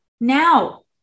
now